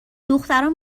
دختران